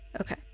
Okay